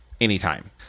anytime